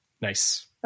Nice